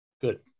good